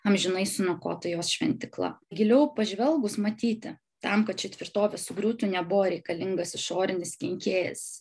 amžinai suniokota jos šventykla giliau pažvelgus matyti tam kad ši tvirtovė sugriūtų nebuvo reikalingas išorinis kenkėjas